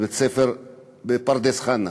בבית-ספר בפרדס-חנה.